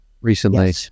recently